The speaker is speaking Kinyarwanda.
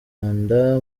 rwanda